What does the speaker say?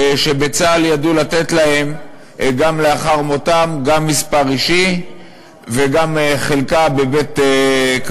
שבצה"ל ידעו לתת להם לאחר מותם גם מספר אישי וגם חלקה בבית-קברות,